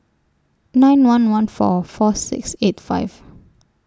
nine one one four four six eight five